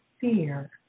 fear